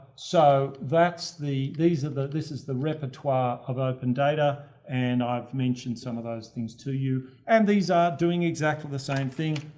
so that's the, these are, this is the repertoire of open data and i've mentioned some of those things to you. and these are doing exactly the same thing,